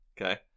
Okay